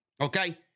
okay